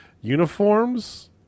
uniforms